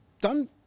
done